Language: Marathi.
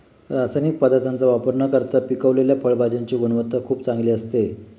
रासायनिक पदार्थांचा वापर न करता पिकवलेल्या फळभाज्यांची गुणवत्ता खूप चांगली असते